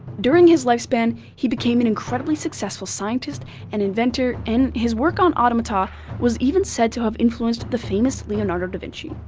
during his lifespan, he became an incredibly successful scientist and inventor and his work on automata was even said to have influenced the famous leonardo da vinci.